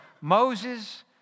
Moses